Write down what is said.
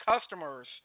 customers